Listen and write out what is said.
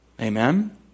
amen